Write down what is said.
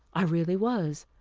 i really was.